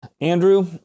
Andrew